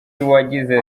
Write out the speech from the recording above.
yagize